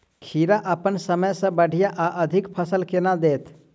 खीरा अप्पन समय सँ बढ़िया आ अधिक फल केना देत?